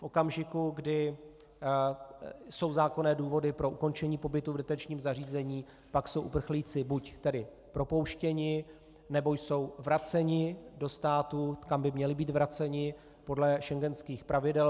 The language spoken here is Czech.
V okamžiku, kdy jsou zákonné důvody pro ukončení pobytu v detenčním zařízení, pak jsou uprchlíci buď tedy propouštěni, nebo jsou vraceni do států, kam by měli být vraceni podle schengenských pravidel.